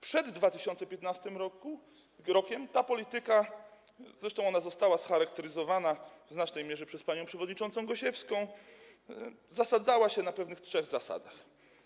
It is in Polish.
Przed 2015 r. ta polityka, zresztą ona została scharakteryzowana w znacznej mierze przez panią przewodniczącą Gosiewską, zasadzała się na pewnych trzech zasadach.